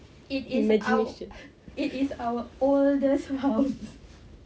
it is our oldest house